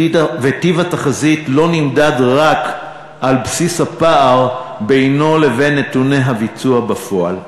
וטיב התחזית לא נמדד רק על בסיס הפער בינו לבין נתוני הביצוע בפועל,